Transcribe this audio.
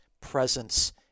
presence